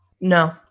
no